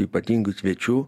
ypatingų svečių